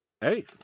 Hey